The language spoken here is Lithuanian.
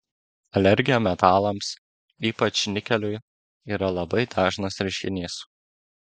alergija metalams ypač nikeliui yra labai dažnas reiškinys